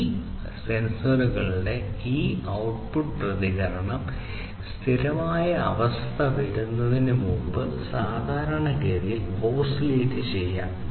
ഈ സെൻസറുകളുടെ ഈ ഔട്ട്പുട്ട് പ്രതികരണം സ്ഥിരമായ അവസ്ഥ വരുന്നതിന് മുമ്പ് സാധാരണഗതിയിൽ ഓസിലേറ്റ് ചെയ്യും